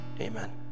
Amen